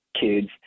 kids